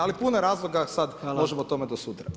Ali puno je razloga sad, možemo o tome do sutra.